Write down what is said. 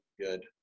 good